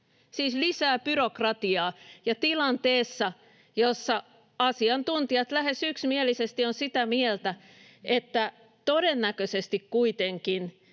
siis lisää byrokratiaa — ja tilanteessa, jossa asiantuntijat lähes yksimielisesti ovat sitä mieltä, että todennäköisesti kuitenkin